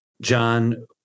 John